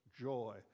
joy